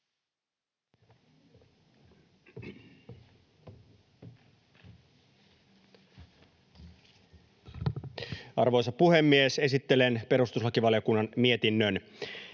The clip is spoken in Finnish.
Arvoisa puhemies! Esittelen perustuslakivaliokunnan mietinnön.